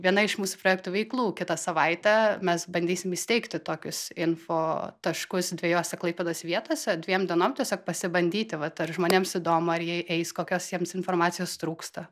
viena iš mūsų projektų veiklų kitą savaitę mes bandysim įsteigti tokius info taškus dviejose klaipėdos vietose dviem dienom tiesiog pasibandyti vat ar žmonėms įdomu ar jei eis kokios jiems informacijos trūksta